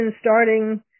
starting